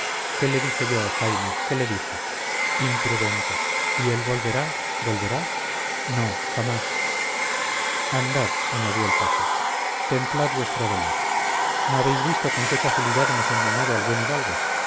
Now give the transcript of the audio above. qué le dije yo jaime qué le dije imprudente y él volverá volverá no jamás andad añadió el paje templad vuestro dolor no habéis visto con qué facilidad hemos engañado al buen hidalgo